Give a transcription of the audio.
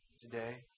today